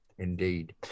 Indeed